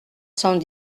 cent